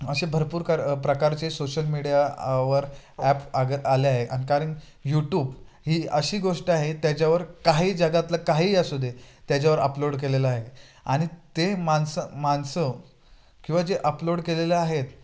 असे भरपूर क प्रकारचे सोशल मीडियावर ॲप आग आले आहे अन कारण यूट्यूब ही अशी गोष्ट आहे त्याच्यावर काही जगातलं काहीही असू दे त्याच्यावर अपलोड केलेलं आहे आणि ते माणसं माणसं किंवा जे अपलोड केलेलं आहेत